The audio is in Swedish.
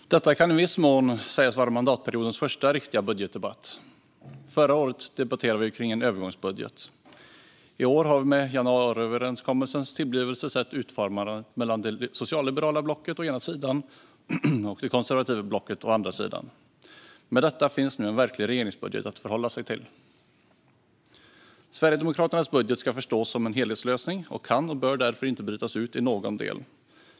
Herr talman! Detta kan i viss mån sägas vara mandatperiodens första riktiga budgetdebatt. Förra året debatterade vi kring en övergångsbudget. I år har vi med januariöverenskommelsens tillblivelse sett utformandet av det socialliberala blocket å ena sidan och det konservativa blocket å andra sidan. Med detta finns nu en verklig regeringsbudget att förhålla sig till. Sverigedemokraternas budget ska förstås som en helhetslösning och kan och bör därför inte brytas ut i någon del.